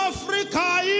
Africa